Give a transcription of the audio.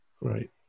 Right